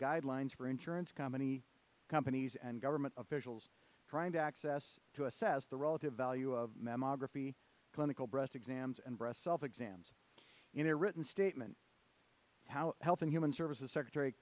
guidelines for insurance company companies and government officials trying to access to assess the relative value of memo graphy clinical breast exams and breast self exams in a written statement how health and human services secretary